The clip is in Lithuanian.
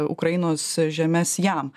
ukrainos žemes jam